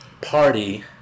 party